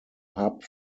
hub